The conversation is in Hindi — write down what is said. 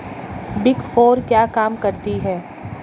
बिग फोर क्या काम करती है?